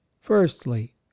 firstly